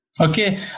Okay